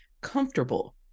comfortable